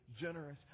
generous